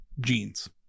jeans